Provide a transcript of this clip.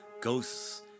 ghosts